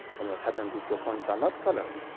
and what happens if your points are not coloured,